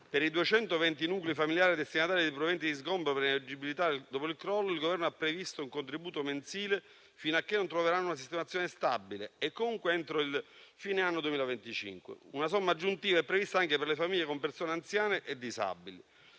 Per i 220 nuclei familiari destinatari dei provvedimenti di sgombero per inagibilità dopo il crollo, il Governo ha previsto un contributo mensile fino a che non troveranno una sistemazione stabile e comunque entro la fine dell'anno 2025. Una somma aggiuntiva è prevista anche per le famiglie con persone anziane e disabili.